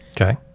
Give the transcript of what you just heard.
Okay